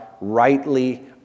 rightly